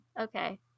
Okay